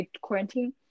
quarantine